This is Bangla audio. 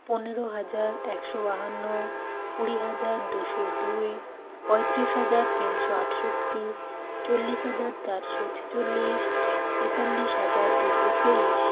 পনেরো হাজার একশো বাহান্ন কুড়ি হাজার দুশো দুই পঁয়ত্রিশ হাজার তিনশো আটষট্টি চল্লিশ হাজার চারশো ছেচল্লিশ তেতাল্লিশ হাজার দুশো তেইশ